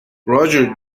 roger